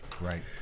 Right